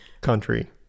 Country